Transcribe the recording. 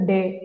Day